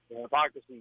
hypocrisy